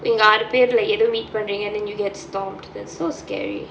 நீங்கே ஆறு பேருல எதோ:neenga aaru paerula etho meet பண்றிங்க:pandringa then you get stomped that's so scary